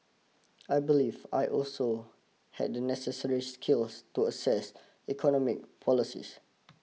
I believe I also had the necessary skills to assess economic policies